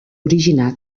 originar